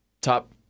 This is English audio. top